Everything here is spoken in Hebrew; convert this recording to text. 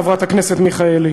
חברת הכנסת מיכאלי.